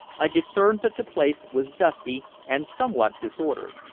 i discerned that the place was dusty and somewhat disordered.